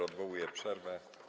Odwołuję przerwę.